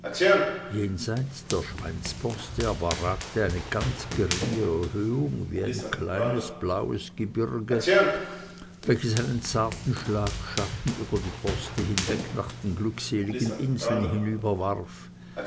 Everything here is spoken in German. jenseits der schweinsborste aber ragte eine ganz geringe erhöhung wie ein kleines blaues gebirge welches einen zarten schlagschatten über die borste weg nach den glückseligen inseln